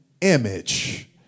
image